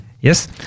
Yes